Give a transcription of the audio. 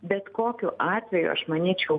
bet kokiu atveju aš manyčiau